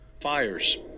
fires